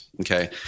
okay